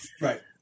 Right